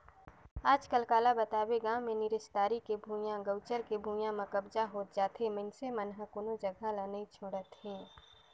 आजकल काला बताबे गाँव मे निस्तारी के भुइयां, गउचर के भुइयां में कब्जा होत जाथे मइनसे मन ह कोनो जघा न नइ छोड़त हे